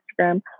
Instagram